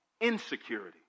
Insecurity